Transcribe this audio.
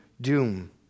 doom